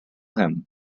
him